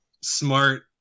smart